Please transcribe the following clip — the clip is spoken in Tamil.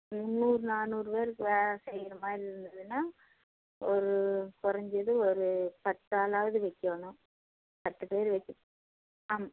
முந்நூறு நானூறு பேருக்கு வேலை செய்கிற மாதிரி இருந்ததுன்னா ஒரு கொறைஞ்சது ஒரு பத்தாளாவது வைக்கணும் பத்து பேர் வைக்க ஆமாம்